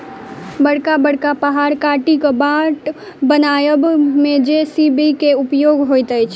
बड़का बड़का पहाड़ काटि क बाट बनयबा मे जे.सी.बी के उपयोग होइत छै